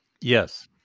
Yes